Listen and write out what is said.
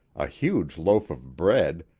a huge loaf of bread,